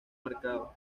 marcado